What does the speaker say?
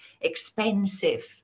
expensive